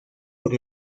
por